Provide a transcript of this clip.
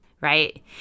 right